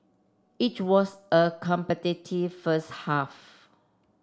it was a competitive first half